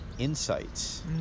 insights